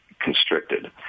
constricted